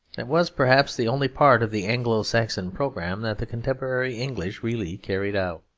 that was perhaps the only part of the anglo-saxon programme that the contemporary english really carried out.